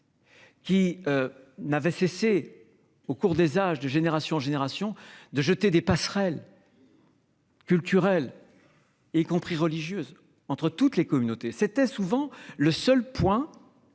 qui n'avait cessé au cours des âges, de génération en génération, de jeter des passerelles culturelles, y compris religieuses, entre toutes les communautés. Et c'était souvent le seul trait